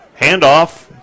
Handoff